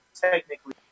technically